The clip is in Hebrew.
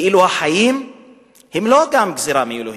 כאילו גם החיים הם לא גזירה מאלוהים.